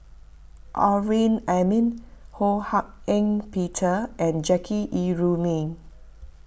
Amrin Amin Ho Hak Ean Peter and Jackie Yi Ru Ming